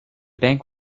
bank